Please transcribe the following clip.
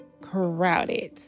crowded